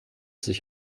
sich